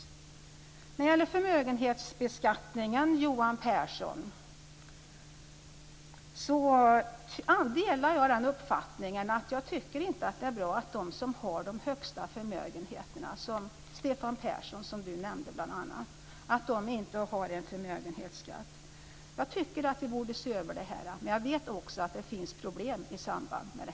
När det gäller förmögenhetsbeskattningen, Johan Pehrson, kan jag säga att jag delar den uppfattningen. Jag tycker inte att det är bra att de som har de största förmögenheterna - t.ex. Stefan Persson, som Johan Pehrson nämnde - inte har någon förmögenhetsskatt. Jag tycker att vi borde se över detta, men jag vet också att det finns problem i samband med det.